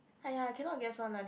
!aiya! cannot guess one lah this